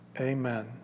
Amen